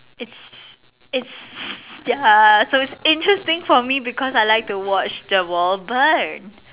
its its ya so is just interesting for me because I like to watch the world burn